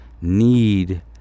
need